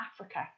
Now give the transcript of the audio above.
Africa